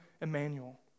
Emmanuel